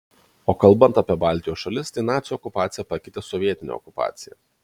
o kalbant apie baltijos šalis tai nacių okupacija pakeitė sovietinę okupaciją